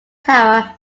tower